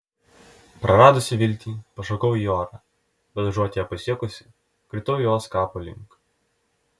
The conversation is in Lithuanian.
praradusi viltį pašokau į orą bet užuot ją pasiekusi kritau jos kapo link